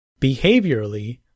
Behaviorally